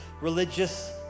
religious